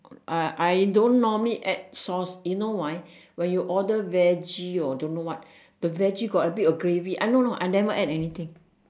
I I don't normally add sauce you know why when you order veggie or don't know what the veggie got a bit of gravy ah ya I never add anything